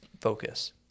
focus